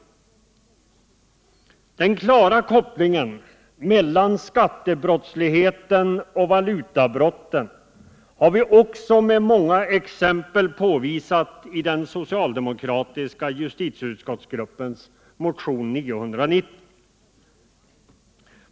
Den klara kopplingen mellan skattebrottsligheten och valutabrotten har vi också med många exempel påvisat i den socialdemokratiska justitieutskottsgruppens motion nr 990.